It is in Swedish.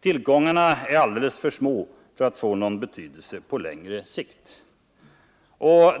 tillgångarna i Nordsjön är alldeles för små för att få någon betydelse på längre sikt.